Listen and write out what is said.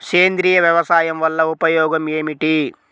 సేంద్రీయ వ్యవసాయం వల్ల ఉపయోగం ఏమిటి?